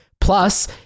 Plus